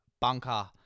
bunker